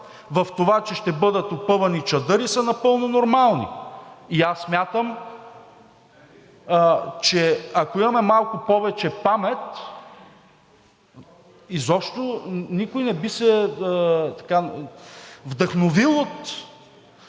в това, че ще бъдат опъвани чадъри, са напълно нормални. И аз смятам, че ако имаме малко повече памет изобщо, никой не би се вдъхновил от